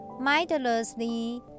Mindlessly